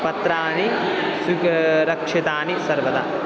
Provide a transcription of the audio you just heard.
पत्राणि स्वीक रक्षितानि सर्वदा